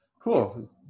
Cool